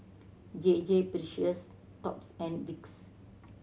J J Precious Thots and Vicks